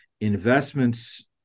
investments